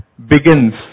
begins